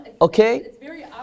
okay